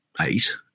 eight